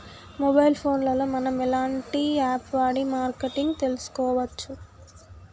Mobile phone లో మనం ఎలాంటి యాప్ వాడి మార్కెటింగ్ తెలుసుకోవచ్చు?